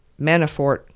Manafort